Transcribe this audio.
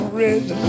red